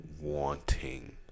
wanting